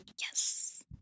Yes